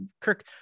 Kirk